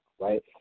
right